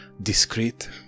discreet